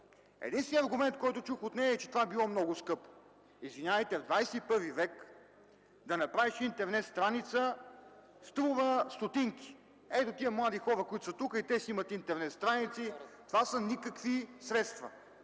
Единственият аргумент, който чух от нея, е, че това било много скъпо. Извинявайте, в ХХІ век да направиш интернет страница струва стотинки. Ей такива млади хора, които са тук, и те си имат интернет страници. Това са никакви средства.